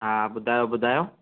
हा ॿुधायो ॿुधायो